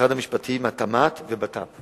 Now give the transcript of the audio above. משרד המשפטים, משרד התמ"ת והמשרד לביטחון